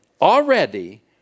already